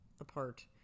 apart